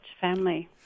family